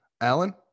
Alan